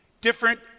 Different